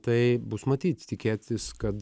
tai bus matyt tikėtis kad